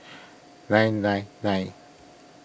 nine nine nine